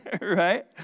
right